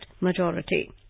majority